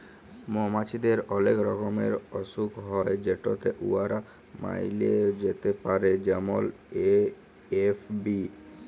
মমাছিদের অলেক রকমের অসুখ হ্যয় যেটতে উয়ারা ম্যইরে যাতে পারে যেমল এ.এফ.বি